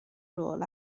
rôl